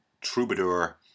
Troubadour